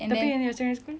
tapi in your secondary school